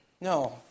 No